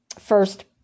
first